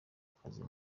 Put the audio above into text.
akazi